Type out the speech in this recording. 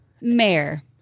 Mayor